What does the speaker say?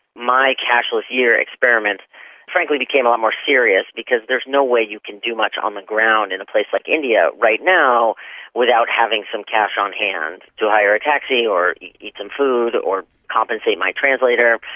my cashless year experiment frankly became a lot more serious because there's no way you can do much on the ground in a place like india right now without having some cash on hand to hire a taxi or eat some food or compensate my translator.